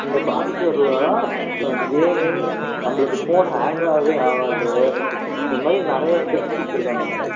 இந்த பிராஸசரில் தான் கேமிங் நம்பளுக்கு ஃபோன் ஹாங்காகவே ஆகாது இந்த மாரி நிறையா ஸ்பெக்ஸ் கொடுத்துருக்காங்க மேடம்